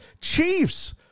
Chiefs